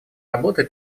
работы